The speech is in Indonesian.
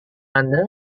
anda